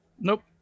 Nope